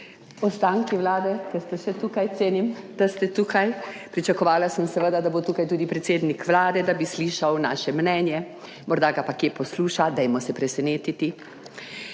11.00 (nadaljevanje) cenim da ste tukaj, pričakovala sem seveda, da bo tukaj tudi predsednik Vlade, da bi slišal naše mnenje, morda ga pa kje posluša. Dajmo se presenetiti.